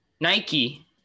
Nike